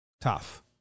tough